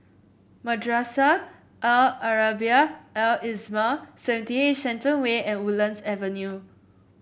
Madrasah Al Arabiah Al Islamiah seventy eight Shenton Way and Woodlands Avenue